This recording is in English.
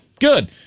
good